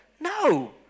No